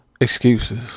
Excuses